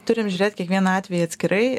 turim žiūrėt kiekvieną atvejį atskirai